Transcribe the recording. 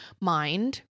mind